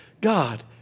God